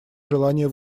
желание